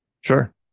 Sure